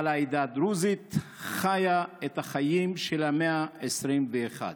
אבל העדה הדרוזית חיה את החיים של המאה ה-21.